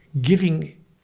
giving